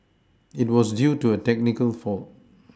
it was due to a technical fault